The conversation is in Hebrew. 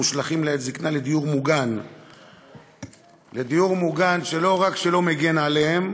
מושלכים לעת זיקנה לדיור מוגן שלא רק שלא מגן עליהם,